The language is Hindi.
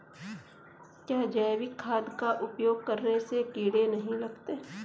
क्या जैविक खाद का उपयोग करने से कीड़े नहीं लगते हैं?